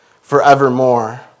forevermore